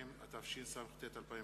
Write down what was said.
2), התשס"ט 2009,